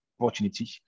opportunity